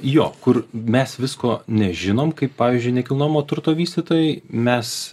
jo kur mes visko nežinom kaip pavyzdžiui nekilnojamo turto vystytojai mes